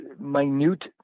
minute